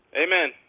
Amen